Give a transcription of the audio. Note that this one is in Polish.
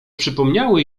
przypomniały